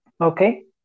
Okay